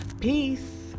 Peace